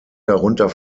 darunter